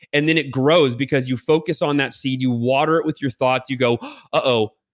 and then it grows because you focus on that seed, you water it with your thoughts. you go uh-oh,